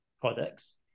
products